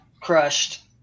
crushed